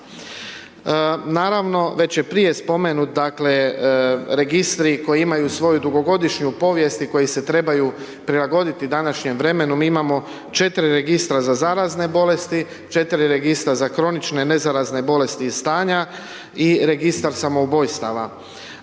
Naravno, već je prije spomenut, dakle, registri koji imaju svoju dugogodišnju povijest i koji se trebaju prilagoditi današnjem vremenu, mi imamo 4 registra za zarazne bolesti, 4 registra za kronične nezarazne bolesti i stanja i registar samoubojstava.